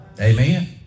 Amen